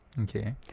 Okay